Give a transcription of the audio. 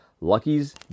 Lucky's